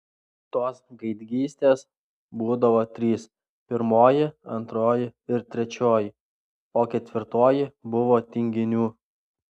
tos gaidgystės būdavo trys pirmoji antroji ir trečioji o ketvirtoji buvo tinginių